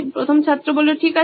প্রথম ছাত্র ঠিক আছে